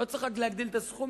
לא צריך רק להגדיל את הסכום,